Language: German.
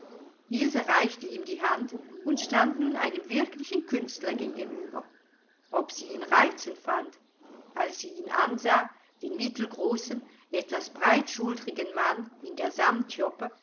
ilse reichte ihm die hand und stand nun einem wirklichen künstler gegenüber ob sie ihn reizend fand als sie ihn ansah den mittelgroßen etwas breitschultrigen mann in der